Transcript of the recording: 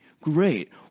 Great